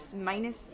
minus